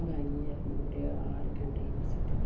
വാങ്ങിയാർന്നു ഒരു ആറു container set